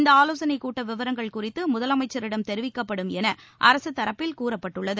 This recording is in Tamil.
இந்த ஆவோசனை கூட்ட விவரங்கள் குறித்து முதலமைச்சரிடம் தெரிவிக்கப்படும் என அரசு தரப்பில் கூறப்பட்டுள்ளது